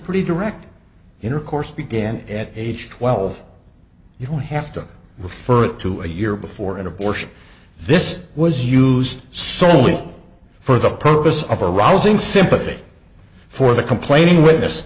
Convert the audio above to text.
pretty direct intercourse began at age twelve you don't have to refer to a year before an abortion this was used solely for the purpose of a rousing sympathy for the complaining witness